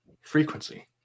frequency